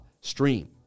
stream